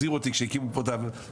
הזהירו אותי כשהקמתי את הוועדה,